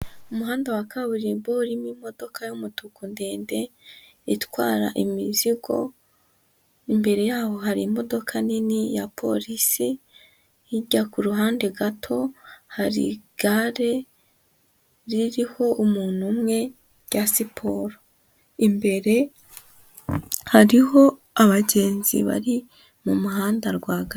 Umuhanda wa kaburimbo urimo imodoka y'umutuku ndende, itwara imizigo, imbere y'aho hari imodoka nini ya polisi, ijya ku ruhande gato hari igare ririho umuntu umwe rya siporo, imbere hariho abagenzi bari mu muhanda rw'agati.